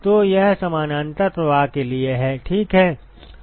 तो यह समानांतर प्रवाह के लिए है ठीक है